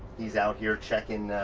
he's out here checking ah,